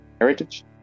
heritage